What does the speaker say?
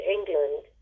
England